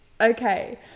okay